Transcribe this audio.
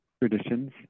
traditions